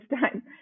time